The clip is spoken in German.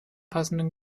passenden